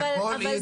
את הכל היא דואגת.